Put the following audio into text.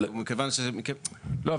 מכיוון --- לא,